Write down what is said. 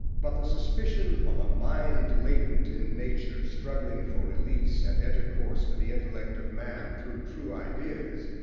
but the suspicion of a mind latent in nature, struggling for release, and intercourse with the intellect of man through true ideas,